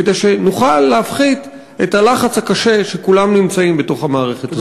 כדי שנוכל להפחית את הלחץ הקשה שכולם נמצאים בו בתוך המערכת הזאת.